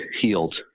healed